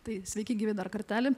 tai sveiki gyvi dar kartelį